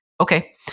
okay